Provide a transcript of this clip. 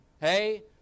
hey